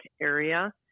area